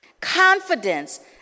confidence